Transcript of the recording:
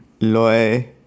loy